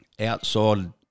outside